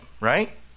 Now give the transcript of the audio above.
right